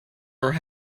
her